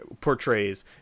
portrays